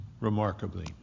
remarkably